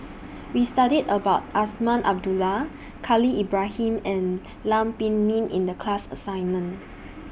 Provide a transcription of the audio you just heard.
We studied about Azman Abdullah Khalil Ibrahim and Lam Pin Min in The class assignment